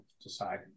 decide